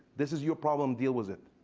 this is your problem, deal with it.